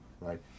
right